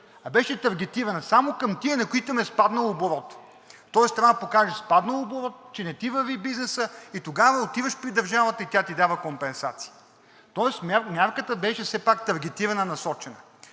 беше таргетирана само към тези, на които им е спаднал оборотът. Тоест трябва да покажеш спаднал оборот, че не ти върви бизнесът и тогава отиваш при държавата и тя ти дава компенсации. Тоест мярката беше все пак таргетирана, насочена.